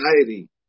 anxiety